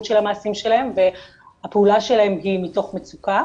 של המעשים שלהם והפעולה שלהם היא מתוך מצוקה,